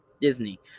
Disney